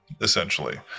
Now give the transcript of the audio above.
Essentially